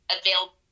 available